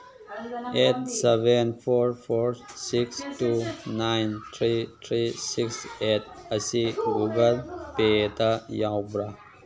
eight seven four four six two nine three three six eight ꯑꯁꯤ Google ꯄꯦꯗ ꯌꯥꯎꯕ꯭ꯔꯥ